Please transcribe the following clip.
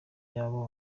yabo